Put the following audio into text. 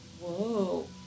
Whoa